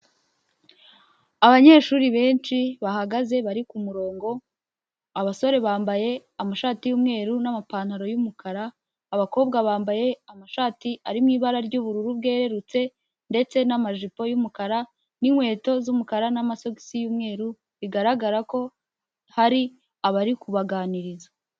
Abanyeshuri benshi bahagaze bari ku murongo, abasore bambaye amashati y'umweru n'amapantaro y'umukara, abakobwa bambaye amashati arimo ibara ry'ubururu bwerurutse ndetse n'amajipo y'umukara n'inkweto z'umukara n'amasogisi y'umweru, bigaragara ko hari abari kubaganiriza.